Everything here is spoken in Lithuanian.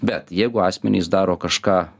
bet jeigu asmenys daro kažką